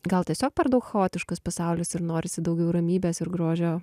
gal tiesiog per daug chaotiškas pasaulis ir norisi daugiau ramybės ir grožio